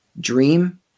dream